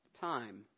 time